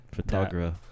Photographer